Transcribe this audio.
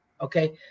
Okay